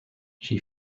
she